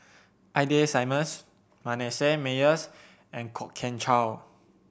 Ida Simmons Manasseh Meyer's and Kwok Kian Chow